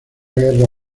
guerra